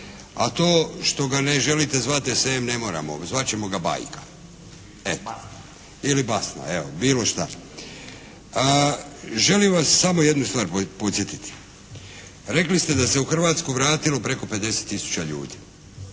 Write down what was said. A to što ga ne želite zvati esejem ne moramo. Zvat ćemo ga bajka. … /Upadica se ne razumije./ … Ili basna evo, bilo šta. Želim vas samo jednu stvar podsjetiti. Rekli ste da se u Hrvatsku vratilo preko 50 tisuća ljudi,